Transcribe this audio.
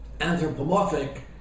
anthropomorphic